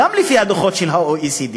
גם לפי הדוחות של ה-OECD,